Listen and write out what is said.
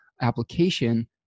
application